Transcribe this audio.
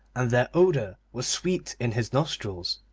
and their odour was sweet in his nostrils.